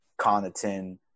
Connaughton